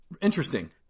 Interesting